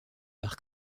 par